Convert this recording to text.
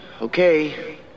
Okay